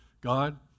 God